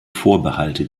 vorbehalte